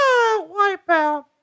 Wipeout